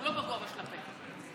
עכשיו יותר טוב?